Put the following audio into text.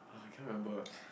eh I can't remember